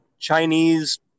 Chinese